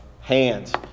hands